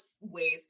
ways